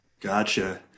Gotcha